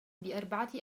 بأربعة